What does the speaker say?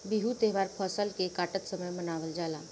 बिहू त्यौहार फसल के काटत समय मनावल जाला